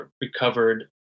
recovered